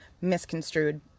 misconstrued